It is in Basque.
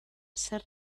zer